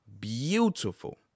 beautiful